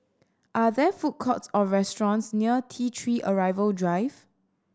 are there food courts or restaurants near T Three Arrival Drive